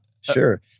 sure